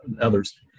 others